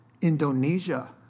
Indonesia